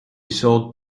sold